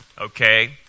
okay